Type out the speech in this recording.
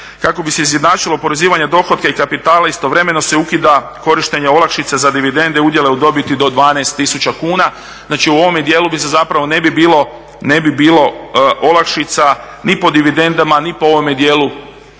kako bi se izjednačilo oporezivanje dohotka i kapitala. Istovremeno se ukida korištenje olakšica za dividende, udjela u dobiti do 12 tisuća kuna. Znači u ovome dijelu ne bi bilo olakšica ni po dividendama ni po ovom dijelu